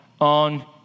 on